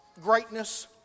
Greatness